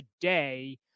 today